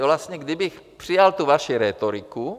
Vlastně kdybych přijal tu vaši rétoriku...